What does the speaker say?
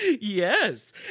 Yes